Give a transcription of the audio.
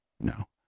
no